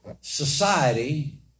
Society